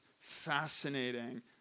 fascinating